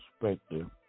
perspective